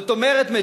זאת אומרת,